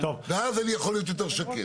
ואז אני יכול להיות יותר שקט.